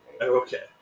Okay